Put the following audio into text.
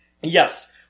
Yes